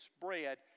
spread